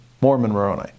Mormon-Moroni